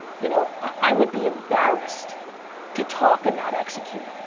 you know, i would be embarrassed to talk and not execute.